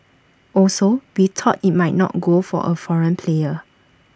also we thought IT might not good for A foreign player